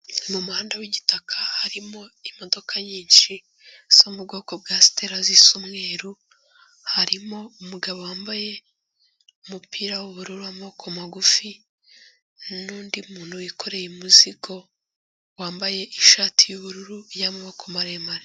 Mu muhanda w'igitaka harimo imodoka nyinshi zo mu bwoko bwa sitela zisa umweru, harimo umugabo wambaye umupira w'ubururu w'amaboko magufi n'undi muntu wikoreye umuzigo, wambaye ishati y'ubururu y'amaboko maremare.